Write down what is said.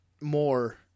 more